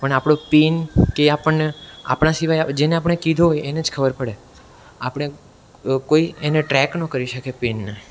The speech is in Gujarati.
પણ આપણો પિન કે એ આપણને આપણા સિવાય જેને આપણે કીધું હોય એને જ ખબર પડે આપણે કોઈ એને ટ્રેક ન કરી શકે પિનને